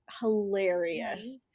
hilarious